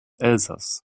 elsaß